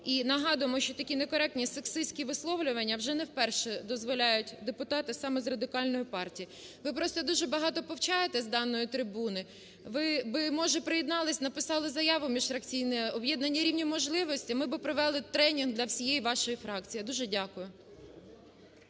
І нагадуємо, що такі некоректні сексистські висловлювання вже не вперше дозволяють депутати саме з Радикальної партії. Ви просто дуже багато повчаєте з даної трибуни, ви би, може, приєдналися написали заяву у міжфракційне об'єднання "Рівні можливості", ми би провели тренінг для всієї вашої фракції. Я дуже дякую.